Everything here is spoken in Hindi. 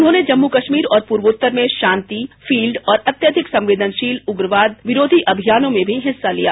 उन्होंने जम्मू कश्मीर और पूर्वोत्तर में शांति फील्ड और अत्यधिक संवेदनशील उग्रवाद विरोधी अभियानों में भी हिस्सा लिया